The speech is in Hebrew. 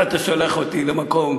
אתה שולח אותי למקום